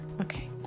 Okay